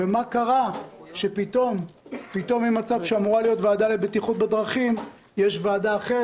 ומה קרה שפתאום ממצב שאמורה להיות ועדה לבטיחות בדרכים יש ועדה אחרת,